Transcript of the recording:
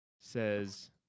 says